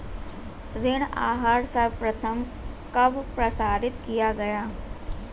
ऋण आहार सर्वप्रथम कब प्रसारित किया गया?